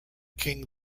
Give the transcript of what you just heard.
king